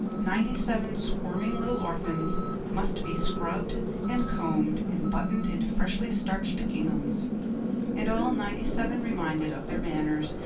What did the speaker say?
ninety-seven squirming little orphans must be scrubbed and combed and buttoned into freshly starched ginghams and all ninety-seven reminded of their manners,